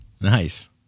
nice